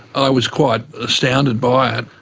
i was quite astounded by it.